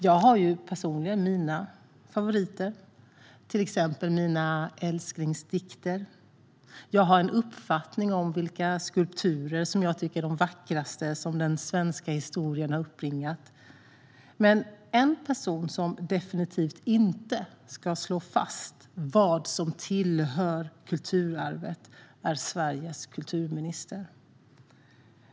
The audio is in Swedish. Jag har personligen mina favoriter, till exempel mina älsklingsdikter. Jag har en uppfattning om vilka skulpturer jag tycker är de vackraste som den svenska historien har uppbringat. Men en person som definitivt inte ska slå fast vad som tillhör kulturarvet är Sveriges kulturminister.